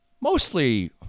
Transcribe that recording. mostly